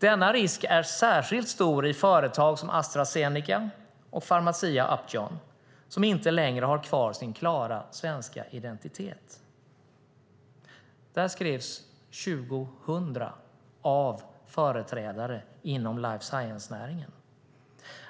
Denna risk är särskilt stor i företag som Astra Zeneca och Farmacia Upjohn, som inte längre har kvar sin klara svenska identitet. Detta skrevs 2000 av företrädare för life science-näringen.